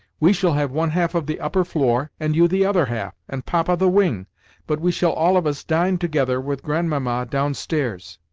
we shall have one half of the upper floor, and you the other half, and papa the wing but we shall all of us dine together with grandmamma downstairs.